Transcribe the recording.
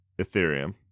Ethereum